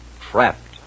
trapped